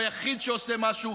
הוא היחיד שעושה משהו.